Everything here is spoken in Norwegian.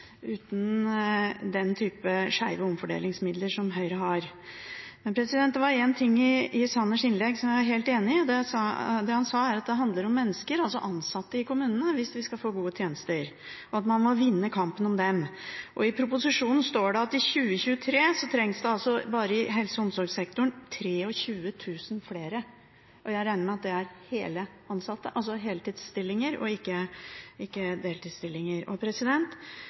uten den type skjeve omfordelingsmidler som Høyre har. Men det var en ting i Sanners innlegg som jeg var helt enig i. Det han sa, var at det handler om mennesker, altså ansatte i kommunene, hvis vi skal få gode tjenester, og at man må vinne kampen om dem. I proposisjonen står det at i 2023 trengs det bare i helse- og omsorgssektoren 28 000 flere, og jeg regner med at det er heltidsstillinger og ikke deltidsstillinger. Da er det litt oppsiktsvekkende at det ikke